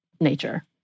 nature